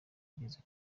igeze